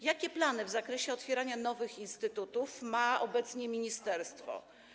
Jakie plany w zakresie otwierania nowych instytutów ma obecnie ministerstwo?